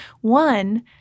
One